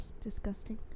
Disgusting